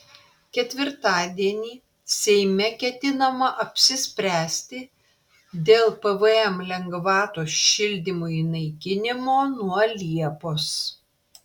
ketvirtadienį seime ketinama apsispręsti dėl pvm lengvatos šildymui naikinimo nuo liepos